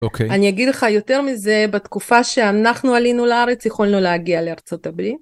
אני אגיד לך יותר מזה, בתקופה שאנחנו עלינו לארץ, יכולנו להגיע לארצות הברית.